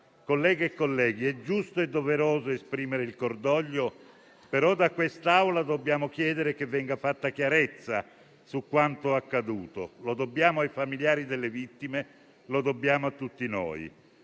Colleghe e colleghi, è giusto e doveroso esprimere il cordoglio, però da quest'Aula dobbiamo chiedere che venga fatta chiarezza su quanto accaduto. Lo dobbiamo ai familiari delle vittime e lo dobbiamo a tutti noi.